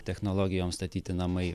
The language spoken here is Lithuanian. technologijom statyti namai